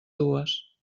dues